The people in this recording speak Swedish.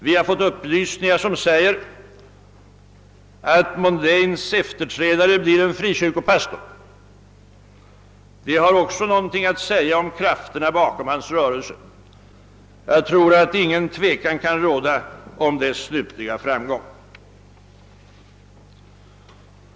Vi har fått upplysningar som tyder på att Mondlanes efterträdare blir en frikyrkopastor. Det har också någonting att säga om krafterna bakom hans rörelse. Jag tror att inget tvivel kan råda om dess slutliga framgång. Herr talman!